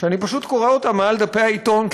שאני פשוט קורא אותם מעל דפי העיתון,